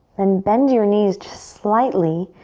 then bend your knees just slightly.